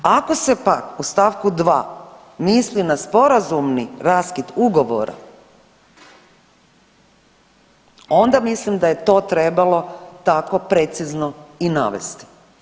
Ako se pak u stavku 2. misli na sporazumni raskid ugovora onda mislim da je to trebalo tako precizno i navesti.